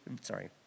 Sorry